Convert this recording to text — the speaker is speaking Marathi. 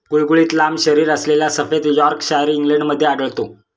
गुळगुळीत लांब शरीरअसलेला सफेद यॉर्कशायर इंग्लंडमध्ये आढळतो